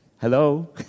Hello